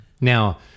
Now